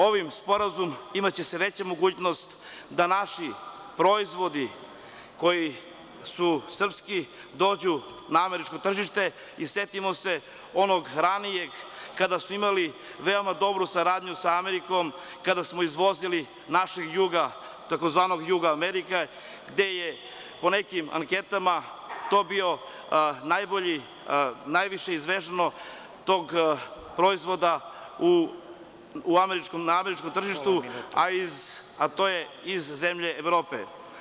Ovim sporazumom imaće se veća mogućnost da naši proizvodi koji su srpski dođu na američko tržište i setimo se onog ranijeg kada su imali veoma dobru saradnju sa Amerikom, kada smo izvozili našeg „Juga“, takozvanog „Juga Amerika“, gde je po nekim anketama najviše izvezeno tog proizvoda na američkom tržištu, a to je iz zemlje Evrope.